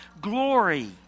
glory